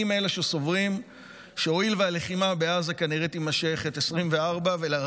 אני מאלה שסוברים שהואיל והלחימה בעזה כנראה תימשך את 2024,